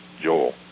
Joel